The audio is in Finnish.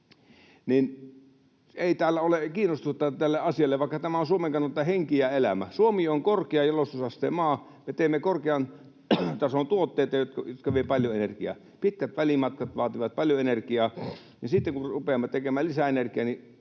ole, arvoisia kansanedustajia tarkoitan — vaikka tämä on Suomen kannalta henki ja elämä. Suomi on korkean jalostusasteen maa. Me teemme korkean tason tuotteita, jotka vievät paljon energiaa. Pitkät välimatkat vaativat paljon energiaa, ja sitten kun rupeamme tekemään lisää energiaa,